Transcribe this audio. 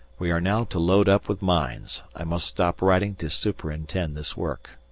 we are now to load up with mines. i must stop writing to superintend this work.